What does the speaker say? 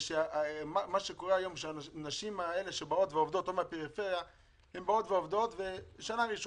מה שקורה היום זה שהנשים עובדות את הזמן של התכנית,